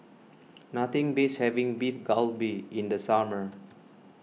nothing beats having Beef Galbi in the summer